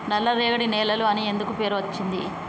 నల్లరేగడి నేలలు అని ఎందుకు పేరు అచ్చింది?